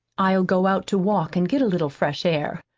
i'll go out to walk and get a little fresh air.